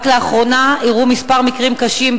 רק לאחרונה אירעו כמה מקרים קשים,